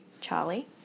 Charlie